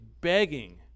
begging